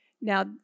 Now